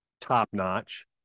top-notch